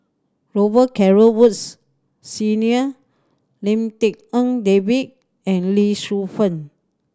Robet Carr Woods Senior Lim Tik En David and Lee Shu Fen